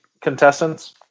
contestants